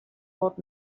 old